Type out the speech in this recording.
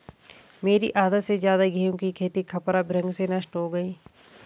मेरी आधा से ज्यादा गेहूं की खेती खपरा भृंग से नष्ट हो गई